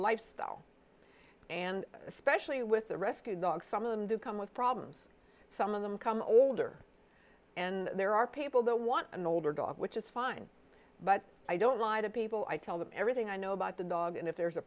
lifestyle and especially with the rescue dog some of them do come with problems some of them come older and there are people that want an older dog which is fine but i don't lie to people i tell them everything i know about the dog and if there is a